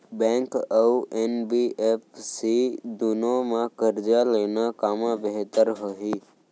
Bank अऊ NBFC दूनो मा करजा लेना कामा बेहतर होही?